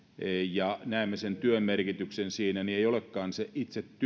ja näemme sen työn merkityksen siinä ei kuitenkaan olekaan se itse